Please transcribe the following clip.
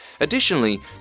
Additionally